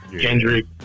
Kendrick